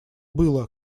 было